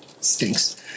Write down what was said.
Stinks